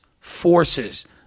forces